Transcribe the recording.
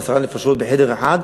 עשר נפשות בחדר אחד,